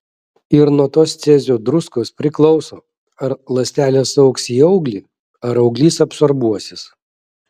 ir nuo tos cezio druskos priklauso ar ląstelės augs į auglį ar auglys absorbuosis